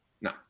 No